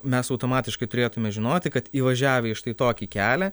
mes automatiškai turėtume žinoti kad įvažiavę į štai tokį kelią